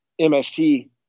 MST